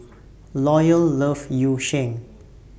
Loyal loves Yu Sheng